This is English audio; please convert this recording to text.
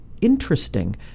interesting